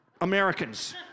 Americans